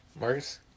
Marcus